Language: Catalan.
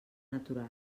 natural